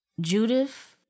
Judith